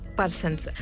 persons